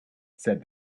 said